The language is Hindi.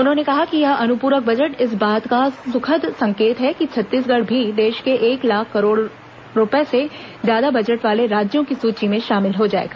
उन्होंने कहा कि यह अनुपूरक बजट इस बात का सुखद संकेत है कि छत्तीसगढ़ भी देश के एक लाख करोड़ रूपए से ज्यादा बजट वाले राज्यों की सूची में शामिल हो जाएगा